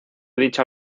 dicha